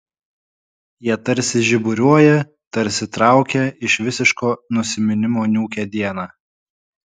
jie tarsi žiburiuoja tarsi traukia iš visiško nusiminimo niūkią dieną